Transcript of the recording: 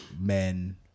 men